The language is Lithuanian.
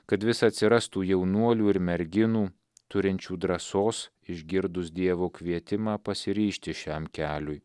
kad vis atsirastų jaunuolių ir merginų turinčių drąsos išgirdus dievo kvietimą pasiryžti šiam keliui